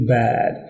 bad